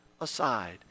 aside